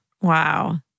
Wow